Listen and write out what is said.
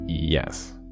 yes